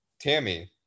tammy